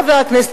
חבר הכנסת,